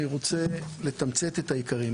אני רוצה לתמצת את העיקרים.